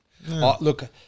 Look